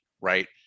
right